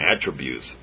attributes